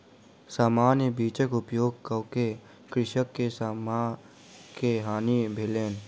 सामान्य बीजक उपयोग कअ के कृषक के समय के हानि भेलैन